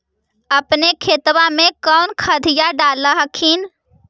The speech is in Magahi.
अपने खेतबा मे कौन खदिया डाल हखिन?